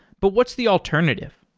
but what's the alternative?